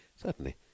Certainly